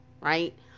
right